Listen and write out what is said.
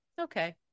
okay